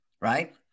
right